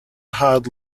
hard